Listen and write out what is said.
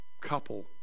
couple